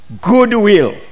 goodwill